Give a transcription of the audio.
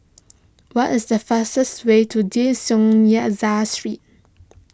what is the fastest way to De Street